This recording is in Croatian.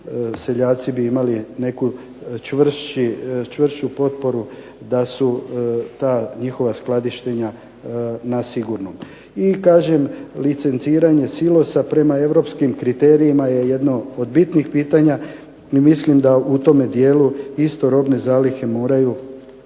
seljaci bi imali neku čvršću potporu da su ta njihova skladištenja na sigurnom. I kažem, licenciranje silosa prema europskim kriterijima je jedno od bitno pitanja i mislim da u tome dijelu isto robne zalihe moraju